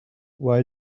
why